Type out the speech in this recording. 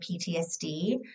PTSD